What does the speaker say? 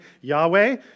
Yahweh